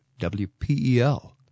WPEL